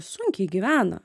sunkiai gyvena